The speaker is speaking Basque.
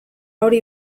hori